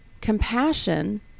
Compassion